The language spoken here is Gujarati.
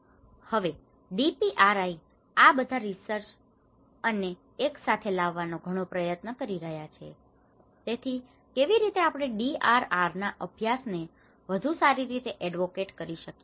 હવે ડીપીઆરઆઈ આબધા રિસર્ચર્સ ને એક સાથે લાવવાનો ઘણો પ્રયત્ન કરી રહ્યાં છે તેથી કેવી રીતે આપણે ડીઆરઆર ના અભ્યાસ ને વધુ સારી રીતે એડવોકેટ કરી શકીએ